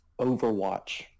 Overwatch